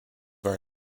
our